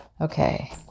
Okay